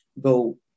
go